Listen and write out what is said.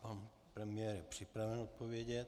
Pan premiér je připraven odpovědět.